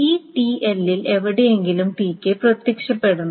ഈ ടിഎല്ലിൽ എവിടെയെങ്കിലും Tk പ്രത്യക്ഷപ്പെടണം